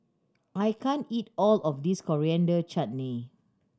I can't eat all of this Coriander Chutney